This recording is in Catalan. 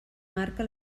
marca